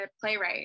playwright